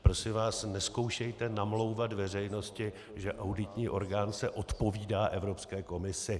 Prosím vás, nezkoušejte namlouvat veřejnosti, že auditní orgán se odpovídá Evropské komisi.